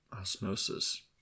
osmosis